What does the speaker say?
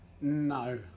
No